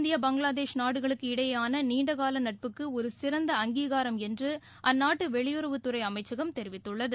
இந்திய பங்களாதேஷ் நாடுகளுக்கு இடையேயான நீண்ட கால நட்புக்கு ஒரு சிறந்த அங்கீகாரம் என்று அந்நாட்டு வெளியுறவுத் துறை அமைச்சகம் தெரிவித்துள்ளது